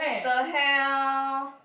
!what the hell!